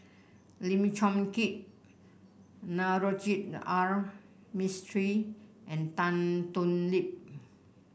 Lim Chong Keat Navroji R Mistri and Tan Thoon Lip